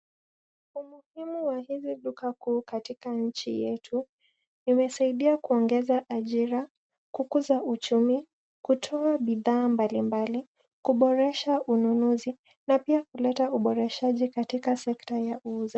Umuhimu wa hivi duka kuu katika nchi yetu imesaidia kuongeza ajira, kukuza uchumi, kutoa bidhaa mbalimbali, kuboresha ununuzi na pia kuleta uboreshaji katika sekta ya uuzaji.